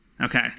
Okay